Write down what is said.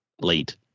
late